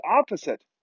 opposite